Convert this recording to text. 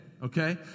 Okay